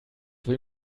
will